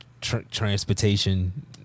transportation